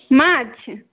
माछ